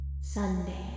Sunday